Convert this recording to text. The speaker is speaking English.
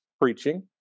preaching